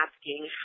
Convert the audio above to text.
asking